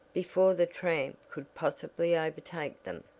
before the tramp could possibly overtake them.